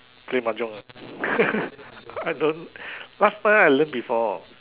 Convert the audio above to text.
play Majong ah I don't last time I learn before